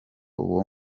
uwo